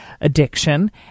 addiction